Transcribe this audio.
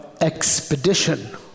expedition